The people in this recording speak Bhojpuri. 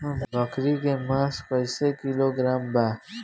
बकरी के मांस कईसे किलोग्राम बा?